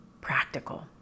Practical